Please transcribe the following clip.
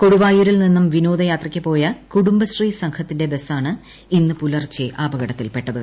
കൊടുവായൂരിൽ നിന്നും വിനോദയാത്രക്ക് പോയ കുടുംബശ്രീ സംഘത്തിന്റെ ബസ്സാണ് ഇന്ന് പുലർച്ചെ അപകടത്തിൽപെട്ടത്